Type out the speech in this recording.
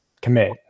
commit